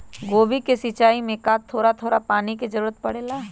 गोभी के सिचाई में का थोड़ा थोड़ा पानी के जरूरत परे ला?